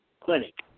Clinic